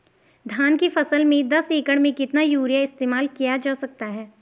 धान की फसल में दस एकड़ में कितना यूरिया इस्तेमाल किया जा सकता है?